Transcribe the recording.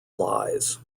lies